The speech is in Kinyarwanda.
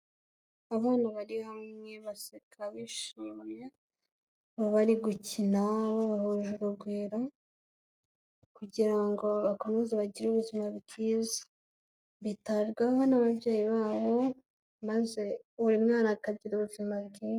Abana bari hamwe baseka, bishimye, bakaba bari gukina bahuje urugwiro kugira ngo bakomeze bagire ubuzima bwiza, bitabwaho n'ababyeyi babo maze buri mwana akagira ubuzima bwiza.